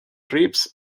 reeves